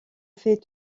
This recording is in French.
fait